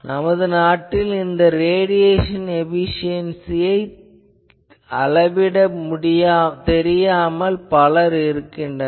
நமது நாட்டில் மக்கள் இந்த ரேடியேசன் எபிசியென்சியை அளவிடத் தெரியாமல் உள்ளனர்